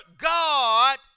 God